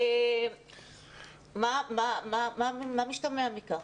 מה משתמע מכך?